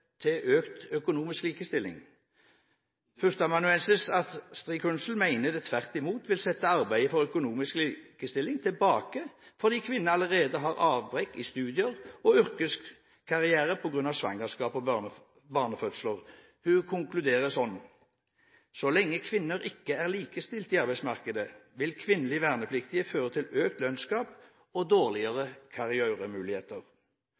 til økt økonomisk likestilling? Førsteamanuensis Astrid Kunze mener det tvert imot vil sette arbeidet for økonomisk likestilling tilbake fordi kvinner allerede har avbrekk i studier og yrkeskarriere på grunn av svangerskap og barnefødsler. Hun konkluderer slik: Så lenge kvinner ikke er likestilt i arbeidsmarkedet, vil kvinnelig verneplikt føre til økt lønnsgap og